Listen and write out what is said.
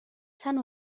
sant